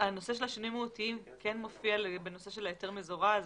הנושא של השינויים המהותיים כן מופיע בנושא של היתר מזורז.